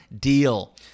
deal